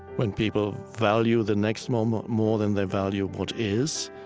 when people value the next moment more than they value what is,